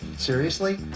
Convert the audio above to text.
seriously?